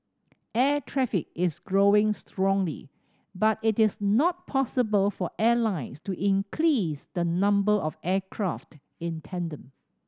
air traffic is growing strongly but it is not possible for airlines to increase the number of aircraft in tandem